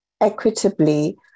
equitably